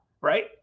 right